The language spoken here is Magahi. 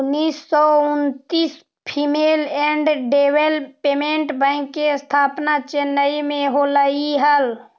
उन्नीस सौ उन्नितिस फीमेल एंड डेवलपमेंट बैंक के स्थापना चेन्नई में होलइ हल